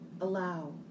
allow